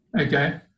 Okay